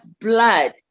blood